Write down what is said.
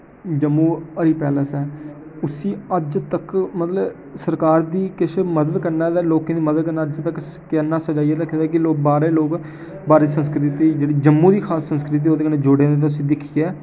Jammu Hari palace ऐ उसी अज्ज तक मतलब ऐ सरकार दी किसे मदद कन्नै ते लोकें दी मदद कन्नै अज्ज तक इन्ना सजाइयै रक्खे दा ऐ कि लोक बाह्रे दे लोक भारत संस्कृति गी जेह्ड़ी जम्मू दी खास संस्कृति ओह्दे कन्नै जुड़े दे न ते उस्सी दिक्खियै